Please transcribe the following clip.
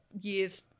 years